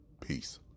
Peace